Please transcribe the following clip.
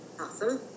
Awesome